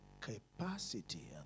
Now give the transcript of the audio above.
capacity